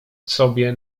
sobie